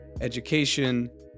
education